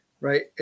right